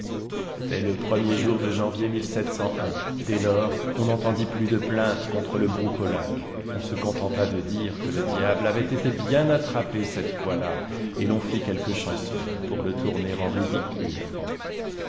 c'était le premier jour de janvier dès lors on n'entendit plus de plaintes contre le broucolaque on se contenta de dire que le diable avait été bien attrapé cette fois-là et l'on fit quelques chansons pour le tourner en ridicule